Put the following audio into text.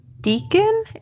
Deacon